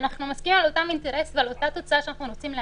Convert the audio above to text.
ואנחנו מסכימים על אותו אינטרס ועל אותה תוצאה שאנחנו מנסים להשיג.